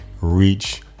reach